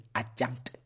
adjunct